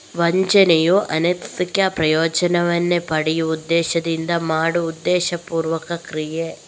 ವಂಚನೆಯು ಅನಧಿಕೃತ ಪ್ರಯೋಜನವನ್ನ ಪಡೆಯುವ ಉದ್ದೇಶದಿಂದ ಮಾಡುವ ಉದ್ದೇಶಪೂರ್ವಕ ಕ್ರಿಯೆ